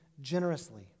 generously